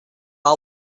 was